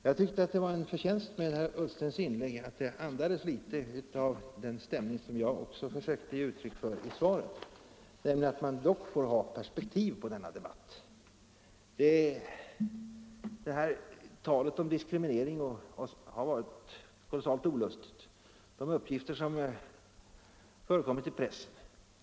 Jag tycker att en förtjänst med herr Ullstens inlägg är att det andas litet av den stämning som också jag försökt ge uttryck för i svaret, nämligen att man dock bör ha perspektiv på denna debatt. Talet om diskriminering har varit kolossalt olustigt, och likaså de uppgifter som förekommit i pressen.